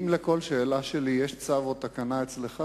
אם לכל שאלה שלי יש צו או תקנה אצלך,